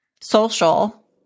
social